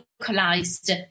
localized